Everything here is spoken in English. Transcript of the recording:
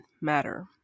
matter